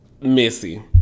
Missy